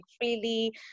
freely